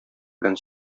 белән